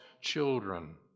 children